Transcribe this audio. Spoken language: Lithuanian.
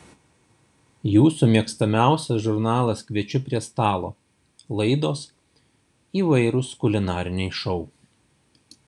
jūsų mėgstamiausias žurnalas kviečiu prie stalo laidos įvairūs kulinariniai šou